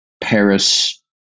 Paris